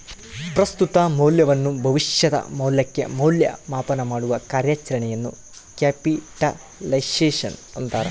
ಪ್ರಸ್ತುತ ಮೌಲ್ಯವನ್ನು ಭವಿಷ್ಯದ ಮೌಲ್ಯಕ್ಕೆ ಮೌಲ್ಯ ಮಾಪನಮಾಡುವ ಕಾರ್ಯಾಚರಣೆಯನ್ನು ಕ್ಯಾಪಿಟಲೈಸೇಶನ್ ಅಂತಾರ